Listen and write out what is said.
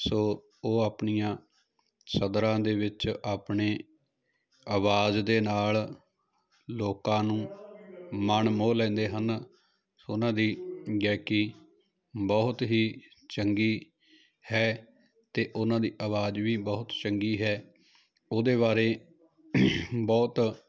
ਸੋ ਉਹ ਆਪਣੀਆਂ ਸਦਰਾਂ ਦੇ ਵਿੱਚ ਆਪਣੇ ਆਵਾਜ਼ ਦੇ ਨਾਲ ਲੋਕਾਂ ਨੂੰ ਮਨ ਮੋਹ ਲੈਂਦੇ ਹਨ ਉਹਨਾਂ ਦੀ ਗਾਇਕੀ ਬਹੁਤ ਹੀ ਚੰਗੀ ਹੈ ਅਤੇ ਉਹਨਾਂ ਦੀ ਆਵਾਜ਼ ਵੀ ਬਹੁਤ ਚੰਗੀ ਹੈ ਉਹਦੇ ਬਾਰੇ ਬਹੁਤ